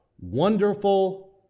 Wonderful